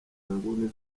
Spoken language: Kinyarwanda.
nguni